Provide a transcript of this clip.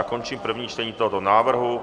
Končím první čtení tohoto návrhu.